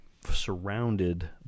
surrounded